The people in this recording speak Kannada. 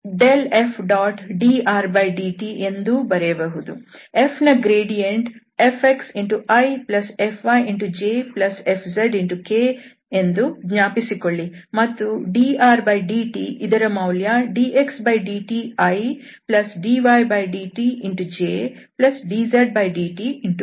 f ನ ಗ್ರೇಡಿಯಂಟ್ fxifyjfzk ಇದೆಂದು ಜ್ಞಾಪಿಸಿಕೊಳ್ಳಿ ಮತ್ತು drdt ಇದರ ಮೌಲ್ಯ dxdtidydtjdzdtk